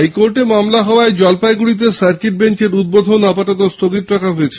হাইকোর্টে মামলা হওয়ায় জলপাইগুড়িতে সার্কিট বেঞ্চের উদ্বোধন আপাততঃ স্থগিত রাখা হয়েছে